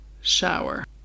Shower